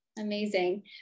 amazing